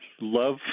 love